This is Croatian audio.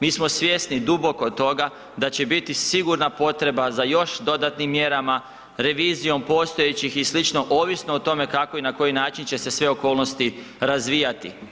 Mi smo svjesni duboko toga da će biti sigurna potreba za još dodatnim mjerama, revizijom postojećih i sl. ovisno o tome kako i na koji način će se sve okolnosti razvijati.